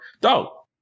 dog